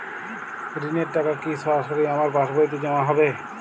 ঋণের টাকা কি সরাসরি আমার পাসবইতে জমা হবে?